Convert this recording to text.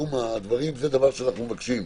שבסיכום הדברים זה דבר שאנו מבקשים,